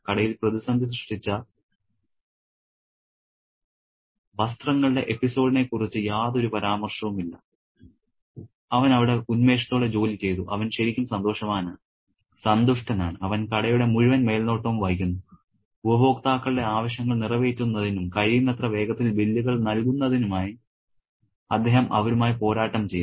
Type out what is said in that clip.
കടയിൽ പ്രതിസന്ധി സൃഷ്ട്ടിച്ച വസ്ത്രങ്ങളുടെ എപ്പിസോഡിനെക്കുറിച്ച് യാതൊരു പരാമർശമില്ല അവൻ വലിയ ഉന്മേഷത്തോടെ ജോലി ചെയ്തു അവൻ ശരിക്കും സന്തോഷവാനാണ് സന്തുഷ്ടനാണ് അവൻ കടയുടെ മുഴുവൻ മേൽനോട്ടവും വഹിക്കുന്നു ഉപഭോക്താക്കളുടെ ആവശ്യങ്ങൾ നിറവേറ്റുന്നതിനും കഴിയുന്നത്ര വേഗത്തിൽ ബില്ലുകൾ നൽകുന്നതിനുമായി അദ്ദേഹം അവരുമായി പോരാട്ടം ചെയ്യുന്നു